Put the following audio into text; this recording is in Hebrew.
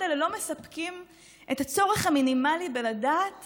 האלה לא מספקים את הצורך המינימלי בלדעת